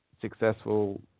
successful